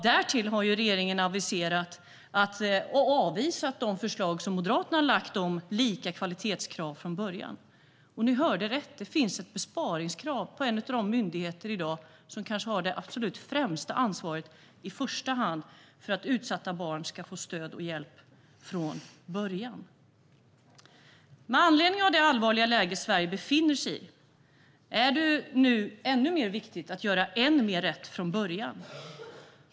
Därtill har regeringen avvisat de förslag som Moderaterna lagt fram om lika kvalitetskrav från början. Ni hörde rätt - det finns ett besparingskrav på en av de myndigheter som i dag har det kanske absolut främsta ansvaret för att utsatta barn ska få stöd och hjälp från början. Med anledning av det allvarliga läge Sverige befinner sig i är det ännu mer viktigt att göra rätt från början.